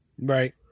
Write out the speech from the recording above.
Right